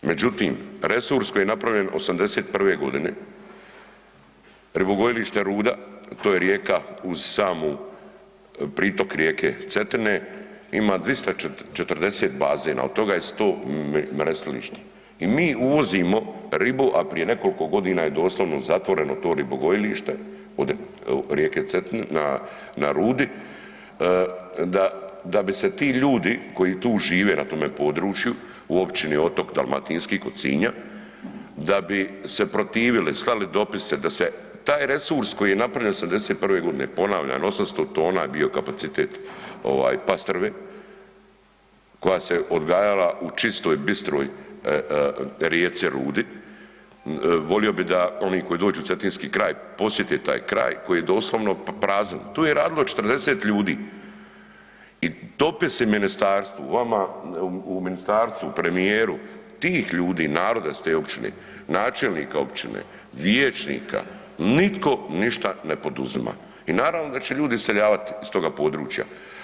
Međutim, resurs koji je napravljen '81. godine, ribogojilište Ruda to je rijeka uz samu, pritok rijeke Cetine ima 240 bazena od toga je 100 mrestilište i mi uvozimo ribu, a prije nekoliko godina je doslovno zatvoreno to ribogojilište od rijeke Cetine na Rudi da bi se ti ljudi koji tu žive na tome području u općini Otok Dalmatinski kod Sinja, da bi se protivili, slali dopise da se taj resurs koji je napravljen '81. godine, ponavljam 800 tona je bio kapacitet ovaj pastrve koja se odgajala u čistoj, bistroj rijeci Rudi, volio bi da oni koji dođu u Cetinski kraj posjete taj kraj koji je doslovno prazan, tu je radilo 40 ljudi i dopisi ministarstvu, vama u ministarstvu, premijeru, tih ljudi, naroda iz te općine, načelnika općine, vijećnika, nitko ništa ne poduzima i naravno da će ljudi iseljavati iz toga područja.